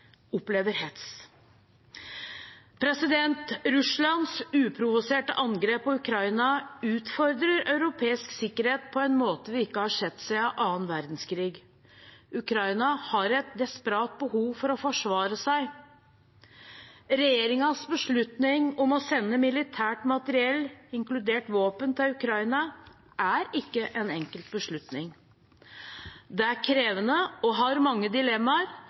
opplever hets. Russlands uprovoserte angrep på Ukraina utfordrer europeisk sikkerhet på en måte vi ikke har sett siden andre verdenskrig. Ukraina har et desperat behov for å forsvare seg. Regjeringens beslutning om å sende militært materiell, inkludert våpen, til Ukraina er ikke en enkel beslutning. Det er krevende og har mange dilemmaer,